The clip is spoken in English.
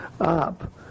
up